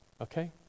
Okay